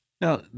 Now